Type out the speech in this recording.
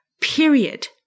period